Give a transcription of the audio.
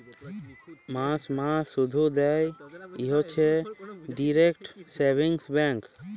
মাস মাস শুধ দেয় হইছে ডিইরেক্ট সেভিংস ব্যাঙ্ক